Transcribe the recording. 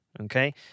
Okay